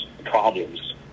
Problems